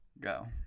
Go